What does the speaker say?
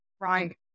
right